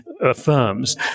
affirms